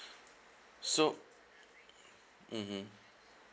so mmhmm